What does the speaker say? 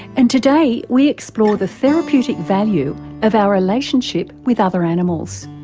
and today we explore the therapeutic value of our relationship with other animals.